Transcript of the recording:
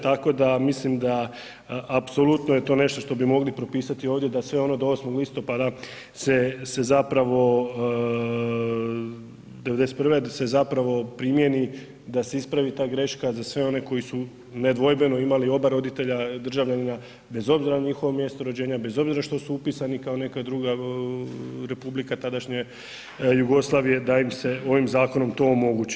Tako da mislim da apsolutno je to nešto što bi mogli propisati ovdje da sve ono do 8 listopada se zapravo '91. da se zapravo primjeni, da se ispravi ta greška za sve one koji su nedvojbeno imali oba roditelja državljanina, bez obzira na njihovo mjesto rođenja, bez obzira što su upisani kao neka druga republike tadašnje, Jugoslavije da im se ovim zakonom to omogući.